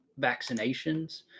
vaccinations